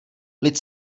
lid